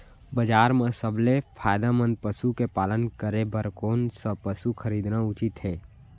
बजार म सबसे फायदामंद पसु के पालन करे बर कोन स पसु खरीदना उचित हे?